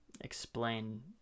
explain